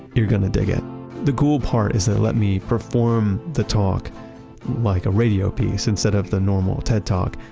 you're going to dig it the cool part is they let me perform the talk like a radio piece instead of the normal ted talk.